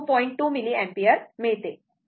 2 milliampere मिळते